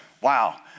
wow